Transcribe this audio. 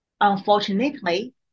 unfortunately